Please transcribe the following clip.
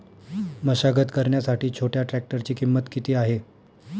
मशागत करण्यासाठी छोट्या ट्रॅक्टरची किंमत किती आहे?